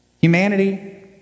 Humanity